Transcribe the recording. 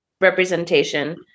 representation